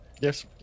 yes